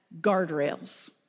guardrails